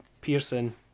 Pearson